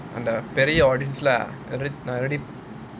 audience lah I already